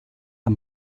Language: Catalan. amb